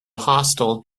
hostel